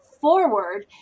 forward